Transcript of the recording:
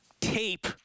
tape